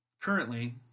Currently